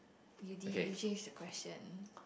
you did you change the question